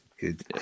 good